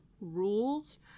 rules